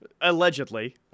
allegedly